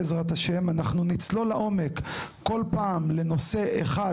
בעזרת ה' אנחנו נצלול לעומק כל פעם לנושא אחד